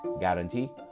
guarantee